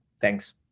thanks